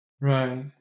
Right